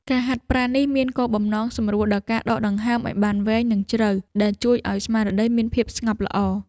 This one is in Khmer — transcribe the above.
ការហាត់ប្រាណនេះមានគោលបំណងសម្រួលដល់ការដកដង្ហើមឱ្យបានវែង និងជ្រៅ ដែលជួយឱ្យស្មារតីមានភាពស្ងប់ល្អ។